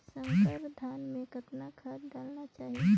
संकर धान मे कतना खाद डालना चाही?